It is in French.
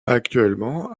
actuellement